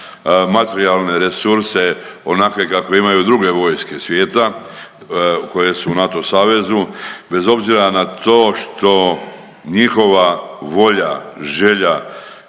materijalne resurse onakve kakve imaju druge vojske svijeta koje su u NATO savezu, bez obzira na to što njihova volja, želja